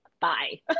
bye